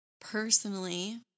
Personally